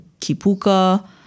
Kipuka